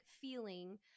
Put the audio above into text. feeling